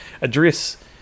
address